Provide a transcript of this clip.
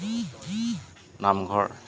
নামঘৰ